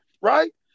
Right